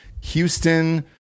Houston